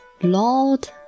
Lord